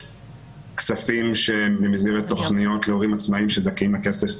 כספים שבמסגרת תכניות להורים עצמאיים שזכאים לכסף